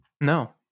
No